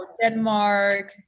denmark